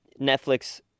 Netflix